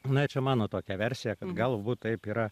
na čia mano tokia versija kad galbūt taip yra